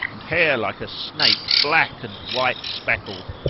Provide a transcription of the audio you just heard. and hair like a snake black and white speckled,